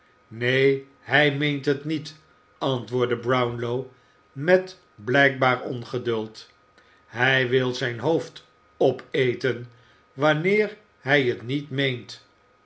neen hij meent het niet antwoordde brownlow met blijkbaar ongeduld hij wil zijn hoofd opeten wanneer hij het niet meent